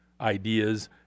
ideas